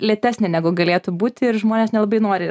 lėtesnė negu galėtų būti ir žmonės nelabai nori